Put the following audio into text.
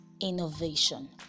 innovation